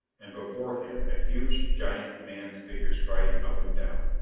and before him a huge giant man's figure striding up and down.